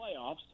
playoffs